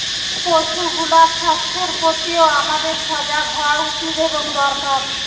পশুগুলার স্বাস্থ্যের প্রতিও আমাদের সজাগ হওয়া উচিত এবং দরকার